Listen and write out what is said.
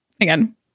again